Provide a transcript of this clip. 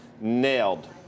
nailed